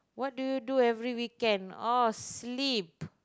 what do you do every weekend oh sleep